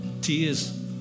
Tears